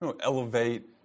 elevate